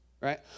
right